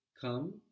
come